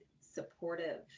supportive